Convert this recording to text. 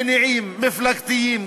מניעים מפלגתיים,